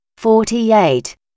forty-eight